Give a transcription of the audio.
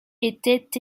étaient